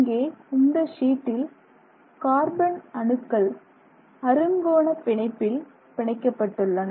இங்கே இந்த ஷீட்டில் கார்பன் அணுக்கள் அருங்கோண பிணைப்பில் பிணைக்கப்பட்டுள்ளன